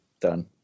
Done